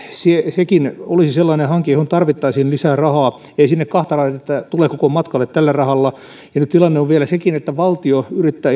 sekin olisi sellainen hanke johon tarvittaisiin lisää rahaa ei sinne kahta raidetta tule koko matkalle tällä rahalla ja nyt tilanne on vielä sellainenkin että valtio yrittää